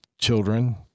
children